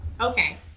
Okay